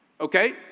okay